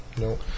No